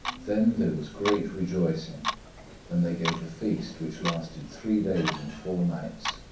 then there was great rejoicing and they gave a feast which lasted three days and four nights,